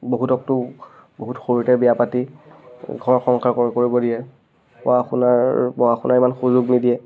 বহুতকতো বহুত সৰুতে বিয়া পাতি ঘৰ সংসাৰ কৰিব দিয়ে বা আপোনাৰ পঢ়া শুনাৰ ইমান সুযোগ নিদিয়ে